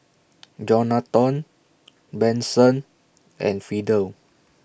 Jonathon Benson and Fidel